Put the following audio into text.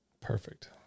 Perfect